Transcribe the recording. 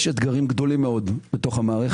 יש אתגרים גדולים מאוד במערכת.